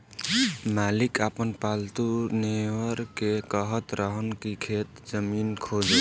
मालिक आपन पालतु नेओर के कहत रहन की खेत के जमीन खोदो